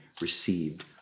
received